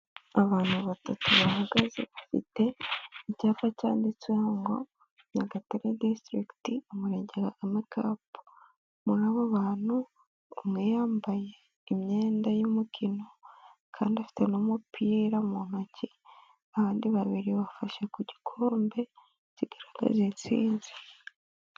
Abantu batatu bahagaze bafite icyapa cyanditsweho ngo ''nyagatare district umurenge Kagame cup''. muri abo bantu, umwe yambaye imyenda y'umukino kandi afite n'umupira mu ntoki, abandi babiri bafashe ku gikombe kigaragaza intsinzi.